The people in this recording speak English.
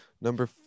Number